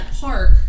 park